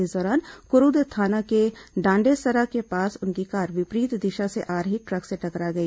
इस दौरान क्रूद थाना के डांडेसरा के पास उनकी कार विपरीत दिशा से आ रही ट्रक से टकरा गई